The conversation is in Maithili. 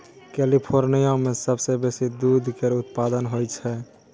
कैलिफोर्निया मे सबसँ बेसी दूध केर उत्पाद होई छै